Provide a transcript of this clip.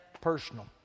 personal